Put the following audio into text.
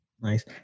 nice